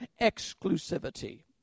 exclusivity